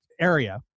area